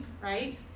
right